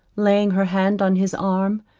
laying her hand on his arm.